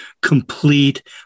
complete